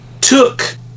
took